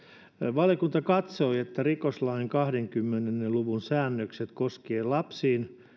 valiokunta katsoi että rikoslain kahdenkymmenen luvun säännökset koskien lapsiin